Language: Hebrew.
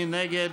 מי נגד?